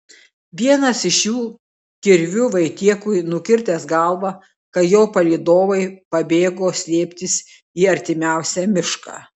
vienas iš jų kirviu vaitiekui nukirtęs galvą kai jo palydovai pabėgo slėptis į artimiausią mišką